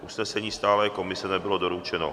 Usnesení Stálé komise nebylo doručeno.